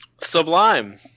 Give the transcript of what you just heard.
Sublime